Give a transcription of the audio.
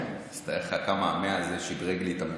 אז תאר לך כמה ה-100 הזה שדרג לי את הממוצע.